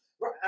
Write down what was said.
Right